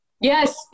Yes